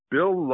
Bill